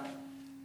בבקשה.